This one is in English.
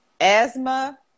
asthma